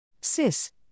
Sis